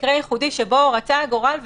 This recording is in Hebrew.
מקרה ייחודי שבו רצה הגורל,